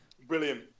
Brilliant